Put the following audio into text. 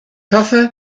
hoffe